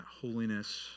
holiness